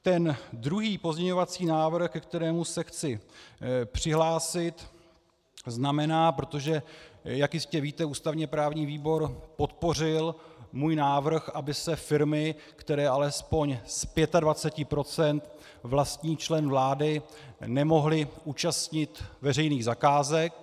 Ten druhý pozměňovací návrh, ke kterému se chci přihlásit, znamená protože jak jistě víte, ústavněprávní výbor podpořil můj návrh, aby se firmy, které alespoň z 25 % vlastní člen vlády, nemohly účastnit veřejných zakázek.